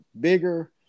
bigger